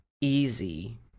easy